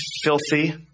filthy